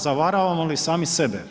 Zavaravamo li sami sebe?